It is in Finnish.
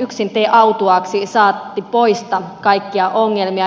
yksin tee autuaaksi saati poista kaikkia ongelmia